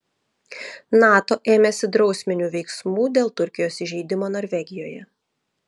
nato ėmėsi drausminių veiksmų dėl turkijos įžeidimo norvegijoje